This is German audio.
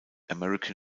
american